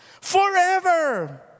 forever